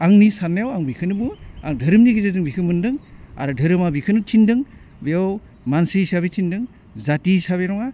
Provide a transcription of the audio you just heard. आंनि साननायाव आं बेखौनो बुङो आं धोरोमनि गेजेरजों बिखो मोन्दों आरो धोरोमा बिखौनो थिन्दों बेयाव मानसि हिसाबै थिन्दों जाथि हिसाबै नङा